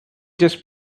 just